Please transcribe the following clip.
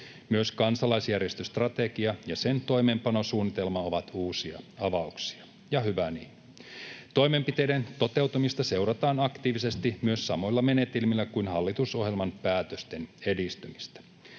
Myös kansalaisjärjestöstrategia ja sen toimeenpanosuunnitelma ovat uusia avauksia, ja hyvä niin. Toimenpiteiden toteutumista seurataan aktiivisesti myös samoilla menetelmillä kuin hallitusohjelman päätösten edistymistä.